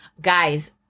guys